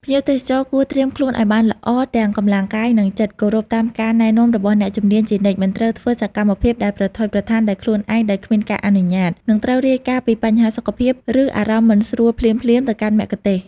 ភ្ញៀវទេសចរគួរត្រៀមខ្លួនឱ្យបានល្អទាំងកម្លាំងកាយនិងចិត្ត គោរពតាមការណែនាំរបស់អ្នកជំនាញជានិច្ច មិនត្រូវធ្វើសកម្មភាពដែលប្រថុយប្រថានដោយខ្លួនឯងដោយគ្មានការអនុញ្ញាត និងត្រូវរាយការណ៍ពីបញ្ហាសុខភាពឬអារម្មណ៍មិនស្រួលភ្លាមៗទៅកាន់មគ្គុទ្ទេសក៍។